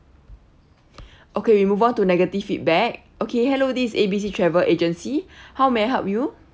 okay we move on to negative feedback okay hello this is A B C travel agency how may I help you